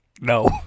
No